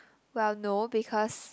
well no because